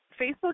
facebook